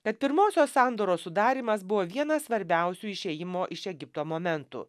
kad pirmosios sandoros sudarymas buvo vienas svarbiausių išėjimo iš egipto momentų